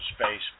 space